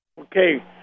Okay